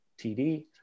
TD